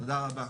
תודה רבה.